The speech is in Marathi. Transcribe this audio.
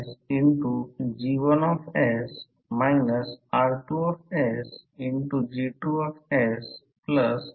तर त्यानंतर आता काय करायचे जर H ची मूल्ये आता कमी झाली तर ती कमी करण्याचा प्रयत्न करा असे आढळले की flux density curve b c चे अनुसरण करते